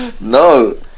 no